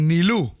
Nilu